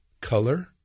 color